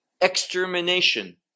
extermination